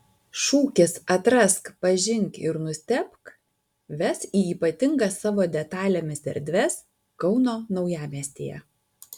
šūkis atrask pažink ir nustebk ves į ypatingas savo detalėmis erdves kauno naujamiestyje